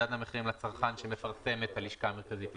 הוא מדד המחירים לצרכן שמפרסמת הלשכה המרכזית לסטטיסטיקה.